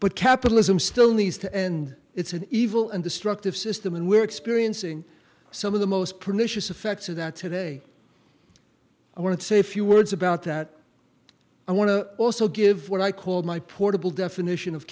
but capitalism still needs to end it's an evil and destructive system and we're experiencing some of the most pernicious effects of that today i want to say a few words about that i want to also give what i call my portable definition of